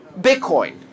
Bitcoin